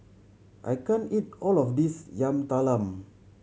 I can't eat all of this Yam Talam